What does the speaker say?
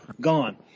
gone